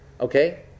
Okay